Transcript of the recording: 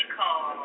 call